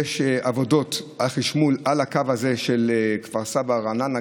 יש עבודות חשמול בקו כפר סבא רעננה,